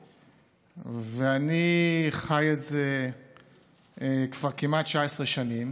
ואני חי את זה כבר כמעט 19 שנים,